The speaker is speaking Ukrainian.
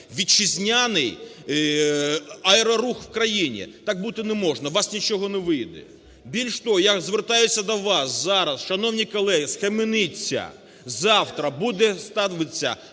вітчизняний аерорух в країні. Так бути не може, у вас нічого не вийде. Більше того, я звертаюсь до вас зараз: шановні колеги, схаменіться! Завтра буде ставиться